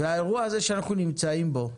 האירוע הזה שאנחנו נמצאים בו,